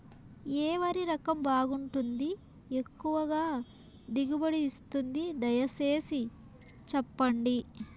ఏ వరి రకం బాగుంటుంది, ఎక్కువగా దిగుబడి ఇస్తుంది దయసేసి చెప్పండి?